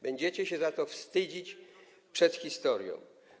Będziecie się za to wstydzić przed historią.